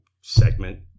segment